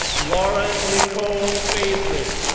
lauren nicole bazley,